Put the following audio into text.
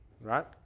right